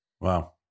Wow